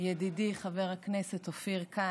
ידידי חבר הכנסת אופיר כץ,